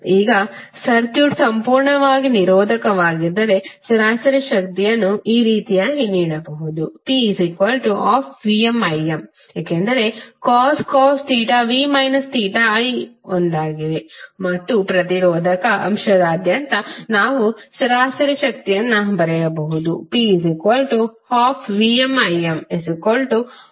ಈಗ ಸರ್ಕ್ಯೂಟ್ ಸಂಪೂರ್ಣವಾಗಿ ನಿರೋಧಕವಾಗಿದ್ದರೆ ಸರಾಸರಿ ಶಕ್ತಿಯನ್ನು ನೀಡಬಹುದು P12VmIm ಏಕೆಂದರೆ cos v i ಒಂದಾಗಿದೆ ಮತ್ತು ಪ್ರತಿರೋಧಕ ಅಂಶದಾದ್ಯಂತ ನಾವು ಸರಾಸರಿ ಶಕ್ತಿಯನ್ನು ಬರೆಯಬಹುದು